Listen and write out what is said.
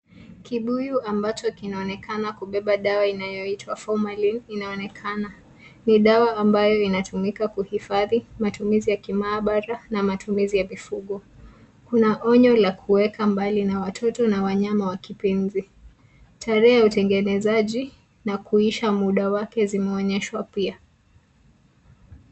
Kibuyu ambacho kinaonekana kubeba dawa inayoitwa formaline inaonekana ni dawa ambayo inatumika kuhifadhi matumizi ya kimaabara na matumizi ya mifugo kuna onyo la kuweka mbali na watoto na wanyama wa kipenzi tarehe ya utengenezji na kuisha muda wake zimeonyeshwa pia.